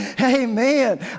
amen